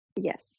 Yes